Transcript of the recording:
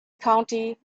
county